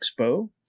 Expo